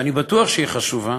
ואני בטוח שהיא חשובה,